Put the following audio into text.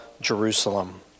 Jerusalem